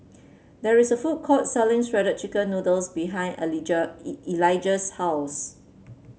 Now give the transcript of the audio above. there is a food court selling Shredded Chicken Noodles behind Elijah's house